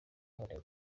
none